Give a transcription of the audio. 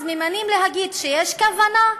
אז ממאנים להגיד שיש כוונה,